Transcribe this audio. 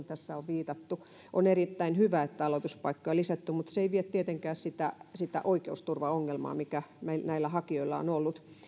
tässä on viitattu on erittäin hyvä että aloituspaikkoja on lisätty mutta se ei tietenkään vie sitä oikeusturvaongelmaa mikä näillä hakijoilla on ollut